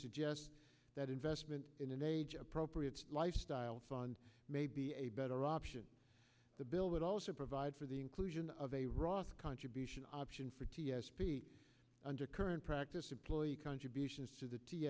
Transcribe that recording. suggests that investment in an age appropriate lifestyle fund may be a better option the bill would also provide for the include of a roth contribution option for t s p under current practice employee contributions to the t